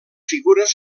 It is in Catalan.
figures